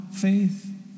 faith